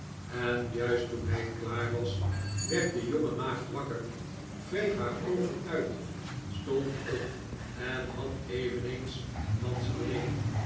en juist toen hij klaar was werd de jonge maagd wakker wreef haar oogen uit stond op en had eveneens een dans alleen